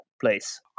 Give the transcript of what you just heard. place